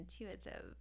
intuitive